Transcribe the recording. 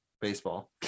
baseball